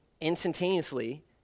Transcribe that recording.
instantaneously